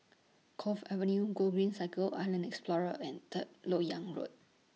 Cove Avenue Gogreen Cycle and Island Explorer and Third Lok Yang Road